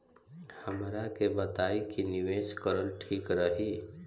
हमरा के बताई की निवेश करल ठीक रही?